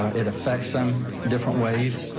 it affects them different ways.